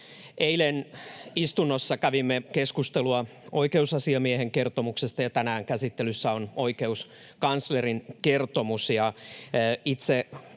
Eilen istunnossa kävimme keskustelua oikeusasiamiehen kertomuksesta, ja tänään käsittelyssä on oikeuskanslerin kertomus.